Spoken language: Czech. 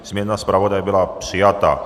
Změna zpravodaje byla přijata.